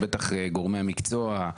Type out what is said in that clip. בטח גורמי מקצוע,